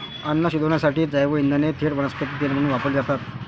अन्न शिजवण्यासाठी जैवइंधने थेट वनस्पती तेल म्हणून वापरली जातात